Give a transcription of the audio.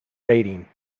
rating